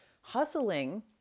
hustling